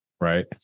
Right